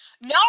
No